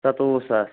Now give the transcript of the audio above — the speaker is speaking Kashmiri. سَتووُہ ساس